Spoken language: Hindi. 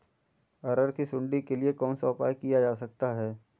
अरहर की सुंडी के लिए कौन सा उपाय किया जा सकता है?